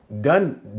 done